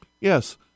yes